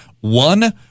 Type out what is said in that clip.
one—